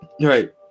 Right